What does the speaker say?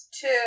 two